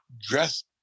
dress